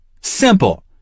Simple